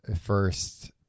First